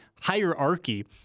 hierarchy